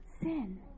sin